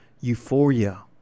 euphoria